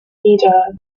nieder